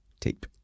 tape